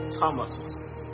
Thomas